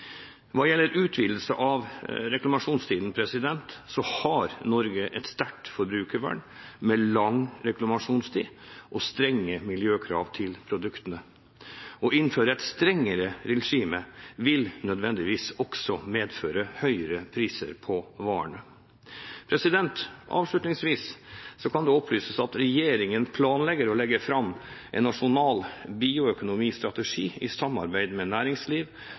Hva gjelder utvidelse av reklamasjonstiden, har Norge et sterkt forbrukervern, med lang reklamasjonstid og strenge miljøkrav til produktene. Å innføre et strengere regime vil nødvendigvis også medføre høyere priser på varene. Avslutningsvis kan det opplyses at regjeringen planlegger å legge fram en nasjonal bioøkonomistrategi, i samarbeid med næringsliv,